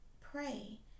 Pray